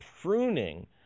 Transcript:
pruning